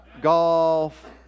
golf